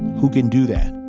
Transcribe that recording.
who can do that.